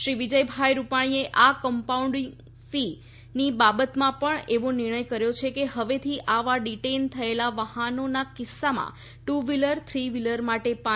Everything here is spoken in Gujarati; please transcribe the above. શ્રી વિજયભાઇ રૂપાણીએ આ કમ્પાઉન્ડીંગ ફી ની બાબતમાં પણ એવો નિર્ણય કર્યો છે કે હવેથી આવા ડિટેઇન થયેલા વાહનોના કિસ્સામાં ટ્ર વ્હીલર થ્રી વ્હીલર માટે રૂ